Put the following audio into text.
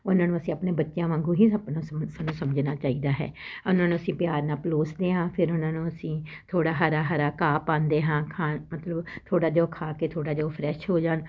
ਉਹਨਾਂ ਨੂੰ ਅਸੀਂ ਆਪਣੇ ਬੱਚਿਆਂ ਵਾਂਗੂੰ ਹੀ ਸਮਝਣਾ ਚਾਹੀਦਾ ਹੈ ਉਹਨਾਂ ਨੂੰ ਅਸੀਂ ਪਿਆਰ ਨਾਲ ਪਲੋਸਦੇ ਹਾਂ ਫਿਰ ਉਹਨਾਂ ਨੂੰ ਅਸੀਂ ਥੋੜ੍ਹਾ ਹਰਾ ਹਰਾ ਘਾਹ ਪਾਂਦੇ ਹਾਂ ਖਾਣ ਮਤਲਬ ਥੋੜ੍ਹਾ ਜਿਹਾ ਉਹ ਖਾ ਕੇ ਥੋੜ੍ਹਾ ਜਿਹਾ ਉਹ ਫਰੈਸ਼ ਹੋ ਜਾਣ